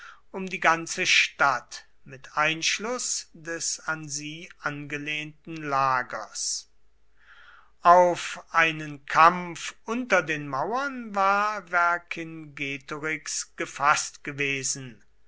um die ganze stadt mit einschluß des an sie angelehnten lagers auf einen kampf unter den mauern war vercingetorix gefaßt gewesen